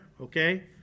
okay